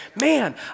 man